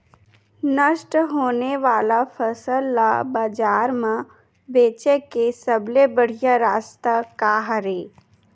नष्ट होने वाला फसल ला बाजार मा बेचे के सबले बढ़िया रास्ता का हरे?